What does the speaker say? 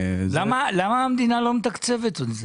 למה המדינה לא מתקצבת אותו?